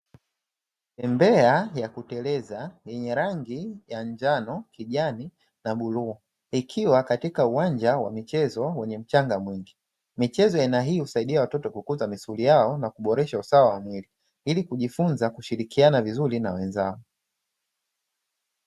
Bembea ya kuteleza yenye rangi ya njano kijani na buluu, ikiwa katika uwanja wa michezo wenye mchanga mwingi, michezo ya aina hii husaidia watoto kukuta misuli yao na kuboresha usawa wa mwili, ili kujifunza kushirikiana vizuri na wenzao.